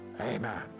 Amen